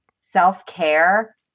self-care